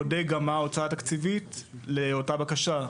בודק גם מה ההוצאה התקציבית לאותה בקשה.